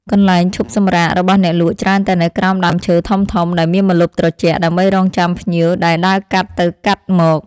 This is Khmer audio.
កន្លែងឈប់សម្រាករបស់អ្នកលក់ច្រើនតែនៅក្រោមដើមឈើធំៗដែលមានម្លប់ត្រជាក់ ដើម្បីរង់ចាំភ្ញៀវដែលដើរកាត់ទៅកាត់មក។